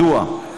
מדוע?